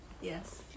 yes